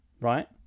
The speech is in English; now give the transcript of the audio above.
right